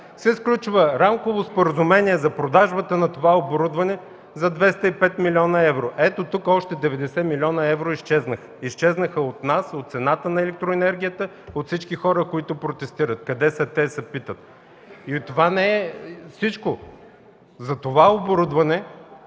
се сключва рамково споразумение за продажбата на това оборудване за 205 млн. евро. Ето, тук изчезнаха още 90 млн. евро – изчезнаха от нас, от цената на електроенергията, от всички хора, които протестират. Къде са те, се питат? Това не е всичко. Затова оборудване